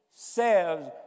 says